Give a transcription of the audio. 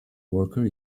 worker